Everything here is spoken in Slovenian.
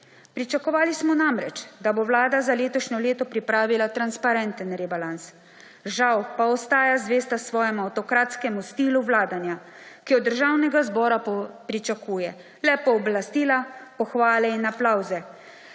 Pričakovali smo namreč, da bo Vlada za letošnje leto pripravila transparenten rebalans, žal pa ostaja zvesta svojemu avtokratskemu stilu vladanja, ki od Državnega zbora pričakuje le pooblastila, pohvale in aplavze,